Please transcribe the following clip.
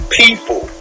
people